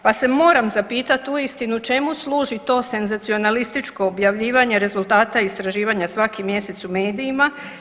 Pa se moram zapitat uistinu čemu služi to senzacionalističko objavljivanje rezultata istraživanja svaki mjesec u medijima?